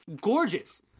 gorgeous